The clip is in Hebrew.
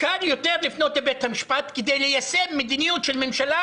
שקל יותר לפנות לבית המשפט כדי ליישם מדיניות של ממשלה,